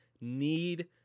need